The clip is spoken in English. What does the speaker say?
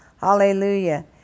Hallelujah